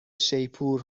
شیپور